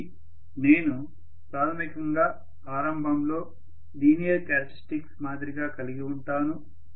కాబట్టి నేను ప్రాథమికంగా ఆరంభంలో లీనియర్ క్యారెక్టర్స్టిక్స్ మాదిరిగా కలిగి ఉంటాను